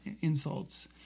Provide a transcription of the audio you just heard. insults